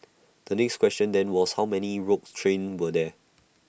the next question then was how many rogue train were there